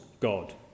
God